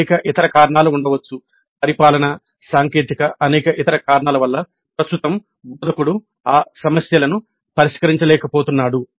అనేక ఇతర కారణాలు ఉండవచ్చు పరిపాలనా సాంకేతిక అనేక ఇతర కారణాల వల్ల ప్రస్తుతం బోధకుడు ఆ సమస్యలను పరిష్కరించలేకపోతున్నాడు